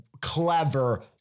clever